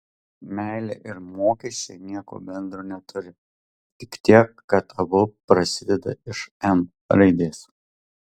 meilė ir mokesčiai nieko bendro neturi tik tiek kad abu prasideda iš m raidės